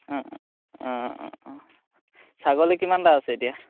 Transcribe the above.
অ অ অ ছাগলী কিমানটা আছে এতিয়া